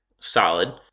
solid